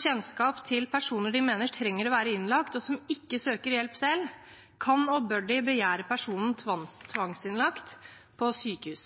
kjennskap til personer de mener trenger å være innlagt, og som ikke søker hjelp selv, kan og bør de begjære personen tvangsinnlagt på sykehus.